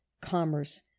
commerce